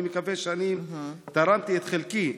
אני מקווה שאני תרמתי את חלקי.